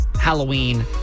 Halloween